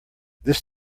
this